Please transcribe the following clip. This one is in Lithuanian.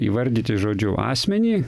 įvardyti žodžiu asmenį